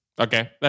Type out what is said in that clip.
Okay